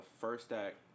first-act